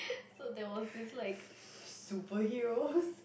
so there was this like superheroes